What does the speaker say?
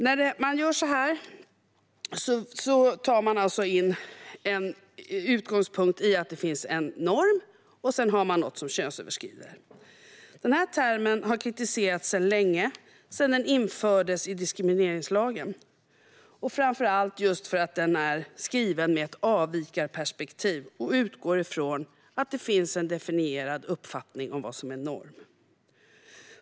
När man gör så här tar man alltså sin utgångspunkt i att det finns en norm, och sedan har man något som överskriver den normen. Termen har kritiserats ända sedan den infördes i diskrimineringslagen, framför allt för att den är skriven med ett avvikarperspektiv och utgår ifrån att det finns en definierad uppfattning om vad som är normen.